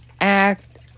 act